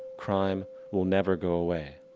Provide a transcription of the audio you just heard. crime will never go away.